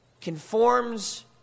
conforms